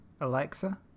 Alexa